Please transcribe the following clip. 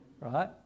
right